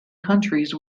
countries